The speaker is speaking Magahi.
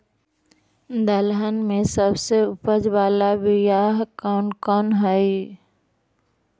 दलहन में सबसे उपज बाला बियाह कौन कौन हइ?